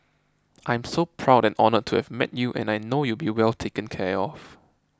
I'm so proud and honoured to have met you and I know you'll be well taken care of